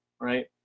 Right